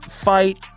fight